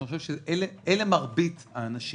אלה מרבית האנשים.